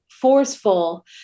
forceful